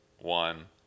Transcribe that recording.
one